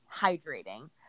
hydrating